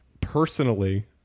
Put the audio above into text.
personally